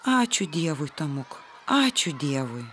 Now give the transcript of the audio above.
ačiū dievui tomuk ačiū dievui